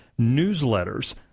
newsletters